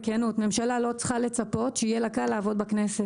ממשלה לא צריכה לצפות שיהיה לה קל לעבוד בכנסת.